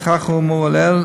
נוכח האמור לעיל,